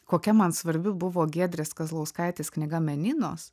kokia man svarbi buvo giedrės kazlauskaitės knyga meninos